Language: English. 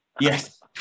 Yes